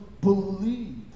believe